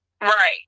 Right